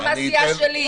לא מהסיעה שלי.